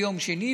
ביום שני,